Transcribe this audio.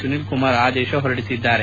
ಸುನೀಲ್ ಕುಮಾರ್ ಆದೇಶ ಹೊರಡಿಸಿದ್ದಾರೆ